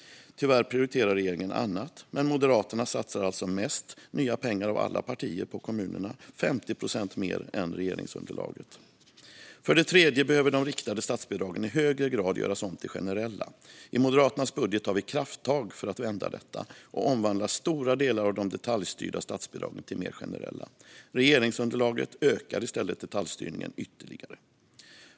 Tyvärr prioriterar regeringen annat. Moderaterna satsar mest nya pengar av alla partier på kommunerna, 50 procent mer än regeringsunderlaget. För det tredje behöver de riktade statsbidragen i högre grad göras om till generella. I Moderaternas budget tar vi krafttag för att vända detta och omvandlar stora delar av de detaljstyrda statsbidragen till mer generella. Regeringsunderlaget ökar i stället detaljstyrningen ytterligare.